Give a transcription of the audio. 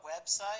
website